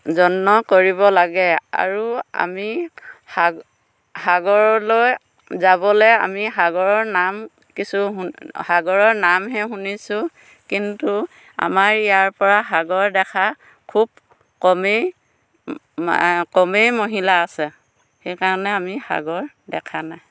যত্ন কৰিব লাগে আৰু আমি সাগ সাগৰলৈ যাবলে আমি সাগৰৰ নাম কিছু শুন সাগৰৰ নামহে শুনিছোঁ কিন্তু আমাৰ ইয়াৰ পৰা সাগৰ দেখা খুব কমেই কমেই মহিলা আছে সেইকাৰণে আমি সাগৰ দেখা নাই